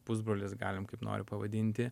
pusbrolis galim kaip nori pavadinti